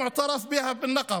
להלן תרגומם: הכפרים הלא-מוכרים בנגב,